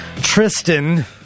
Tristan